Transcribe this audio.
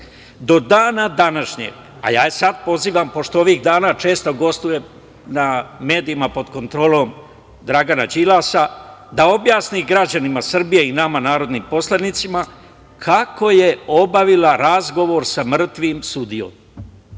Do dana današnjeg, a ja je sada pozivam, pošto ovih dana često gostuje na medijima pod kontrolom Dragana Đilasa da objasni građanima Srbije i nama narodnim poslanicima kako je obavila razgovor sa mrtvim sudijom?